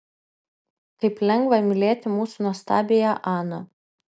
kaip lengva mylėti mūsų nuostabiąją aną